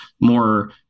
more